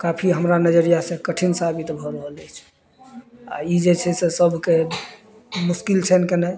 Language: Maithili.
काफी हमरा नजरिया से कठिन साबित भऽ रहल अइछ आ ई जे छै से सबके मुश्किल छैन केनाइ